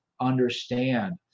understand